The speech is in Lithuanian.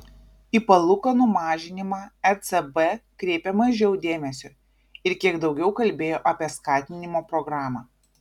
į palūkanų mažinimą ecb kreipė mažiau dėmesio ir kiek daugiau kalbėjo apie skatinimo programą